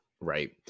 Right